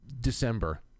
December